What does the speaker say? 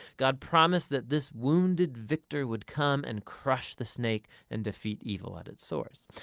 god promised that this wounded victor would come and crush the snake and defeat evil at its source.